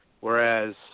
whereas